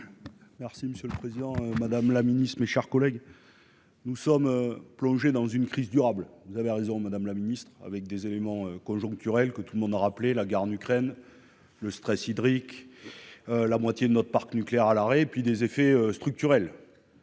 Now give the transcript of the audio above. Merci monsieur le Président, Madame la Ministre, mes chers collègues, nous sommes plongés dans une crise durable, vous avez raison madame la ministre, avec des éléments conjoncturels que tout le monde a rappelé la guerre en Ukraine, le stress hydrique, la moitié de notre parc nucléaire à l'arrêt et puis des effets structurels,